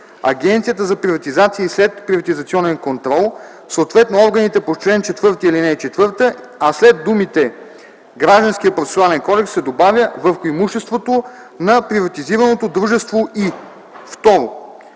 „Агенцията за приватизация и следприватизационен контрол, съответно органите по чл. 4, ал. 4”, а след думите „Гражданския процесуален кодекс” се добавя „върху имуществото на приватизираното дружество и”.